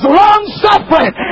long-suffering